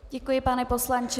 Děkuji, pane poslanče.